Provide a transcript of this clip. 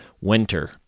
Winter